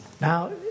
Now